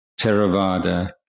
Theravada